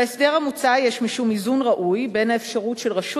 בהסדר המוצע יש משום איזון ראוי בין האפשרות של רשות